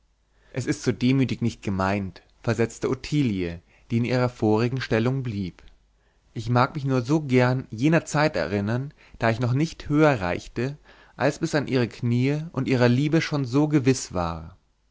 es ist so demütig nicht gemeint versetzte ottilie die in ihrer vorigen stellung blieb ich mag mich nur so gern jener zeit erinnern da ich noch nicht höher reichte als bis an ihre kniee und ihrer liebe schon so gewiß war